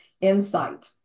insight